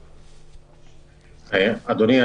אדוני,